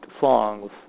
songs